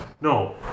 no